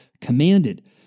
commanded